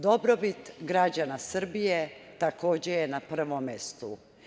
Dobrobit građana Srbije, takođe, je na prvom mestu.